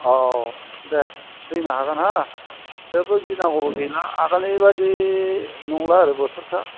औ दे फैनो हागोन हो जेबबो गिनांगौबो गैला आगोलनि बादि नंला आरो बोथोरफ्रा